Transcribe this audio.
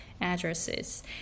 addresses